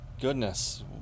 goodness